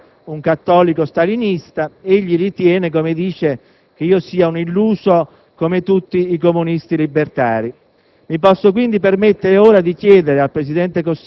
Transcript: Io continuo a ritenere che Cossiga sia un cattolico stalinista; egli ritiene - com'è solito dire - che io sia un illuso, come tutti i comunisti libertari.